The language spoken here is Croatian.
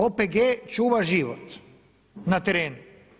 OPG čuva život na terenu.